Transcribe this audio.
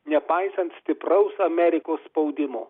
nepaisant stipraus amerikos spaudimo